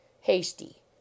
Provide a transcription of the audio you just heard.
hasty